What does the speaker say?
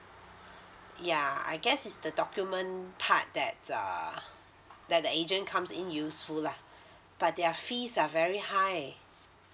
ya I guess is the document part that err that the agent comes in useful lah but their fees are very high